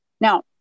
Now